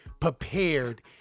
prepared